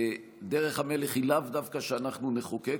דרך המלך היא לאו דווקא שאנחנו נחוקק,